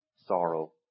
sorrow